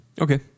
Okay